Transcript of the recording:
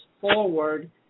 forward